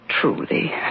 truly